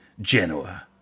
Genoa